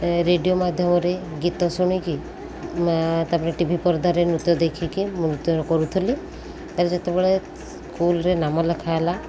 radio ମାଧ୍ୟମରେ ଗୀତ ଶୁଣିକି ତା'ପରେ ଟି ଭି ପରଦାରେ ନୃତ୍ୟ ଦେଖିକି ମୁଁ ନୃତ୍ୟ କରୁଥିଲି ତା'ରେ ଯେତେବେଳେ ସ୍କୁଲରେ ନାମ ଲେଖା ହେଲା